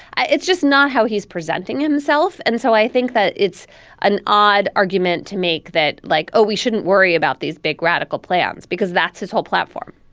it's just not how he's presenting himself. and so i think that it's an odd argument to make that like, oh, we shouldn't worry about these big radical plans because that's his whole platform